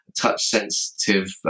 touch-sensitive